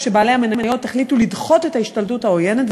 כשבעלי המניות החליטו לדחות את ההשתלטות העוינת,